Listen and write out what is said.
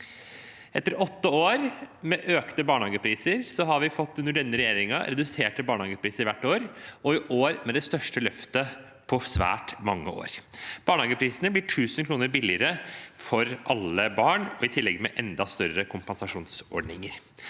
Etter åtte år med økte barnehagepriser har vi under denne regjeringen fått reduserte barnehagepriser hvert år, og i år får vi det største løftet på svært mange år. Barnehageprisene blir 1 000 kr billigere for alle barn, og i tillegg blir det enda større kompensasjonsordninger.